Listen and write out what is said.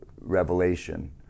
revelation